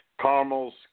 Caramels